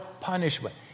punishment